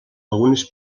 algunes